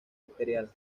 arterial